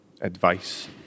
advice